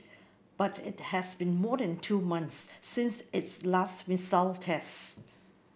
but it has been more than two months since its last missile test